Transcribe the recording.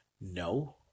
No